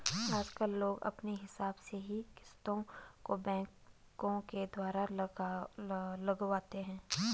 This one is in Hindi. आजकल लोग अपने हिसाब से ही किस्तों को बैंकों के द्वारा लगवाते हैं